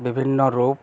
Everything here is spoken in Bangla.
বিভিন্ন রূপ